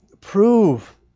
Prove